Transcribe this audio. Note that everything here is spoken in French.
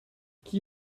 qui